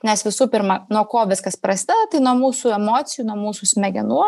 nes visų pirma nuo ko viskas prasideda tai nuo mūsų emocijų nuo mūsų smegenų